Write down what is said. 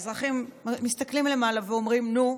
האזרחים מסתכלים למעלה ואומרים: נו,